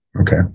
Okay